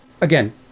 again